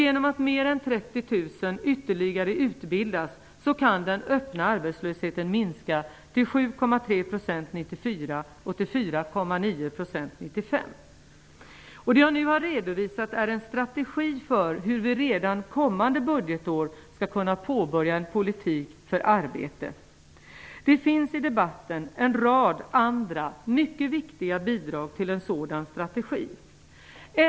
Genom att mer än 30 000 ytterligare utbildas kan den öppna arbetslösheten minska till Det jag nu har redovisat är en strategi för hur vi redan kommande budgetår skall kunna påbörja en ny politik för arbete. Det finns i debatten en rad andra mycket viktiga bidrag till en sådan strategi.